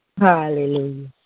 Hallelujah